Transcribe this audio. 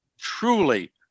truly